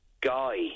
guy